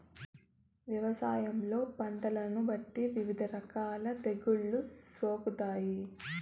వ్యవసాయంలో పంటలను బట్టి వివిధ రకాల తెగుళ్ళు సోకుతాయి